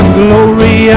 glory